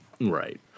Right